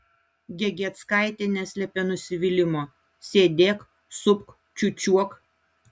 gegieckaitė neslėpė nusivylimo sėdėk supk čiūčiuok